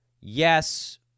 Yes